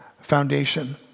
foundation